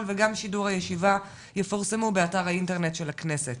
וגם שידור הישיבה יפורסמו באתר האינטרנט של הכנסת.